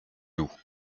loup